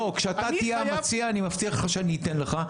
לא, לא כשאתה תהיה המציע אני מבטיח שאני אתן לך.